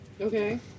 Okay